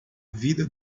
vida